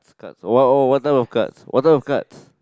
cards !wow! oh oh what type of cards what type of cards